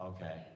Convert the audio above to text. Okay